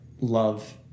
love